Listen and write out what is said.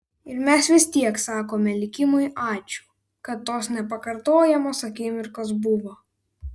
ir mes vis tiek sakome likimui ačiū kad tos nepakartojamos akimirkos buvo